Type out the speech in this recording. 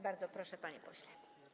Bardzo proszę, panie pośle.